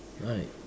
right